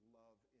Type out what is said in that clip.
love